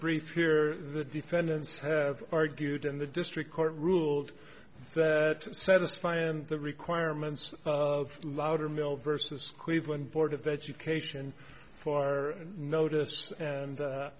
brief here the defendants have argued in the district court ruled that satisfy and the requirements of loudermilk versus cleveland board of education for our notice and